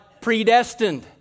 predestined